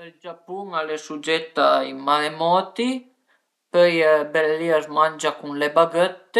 Ël travai che sarìu davera brau al e taié l'erba ënt i giardin, pué le siepi, pué le piante,